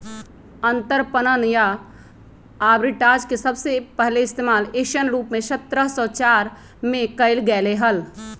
अंतरपणन या आर्बिट्राज के सबसे पहले इश्तेमाल ऐसन रूप में सत्रह सौ चार में कइल गैले हल